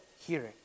hearing